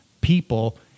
people